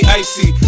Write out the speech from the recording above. icy